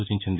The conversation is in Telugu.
సూచించింది